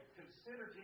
consider